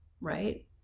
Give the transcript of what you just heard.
Right